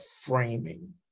framing